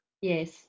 yes